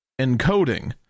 encoding